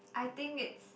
I think it's